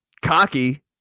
Cocky